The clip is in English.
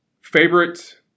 Favorite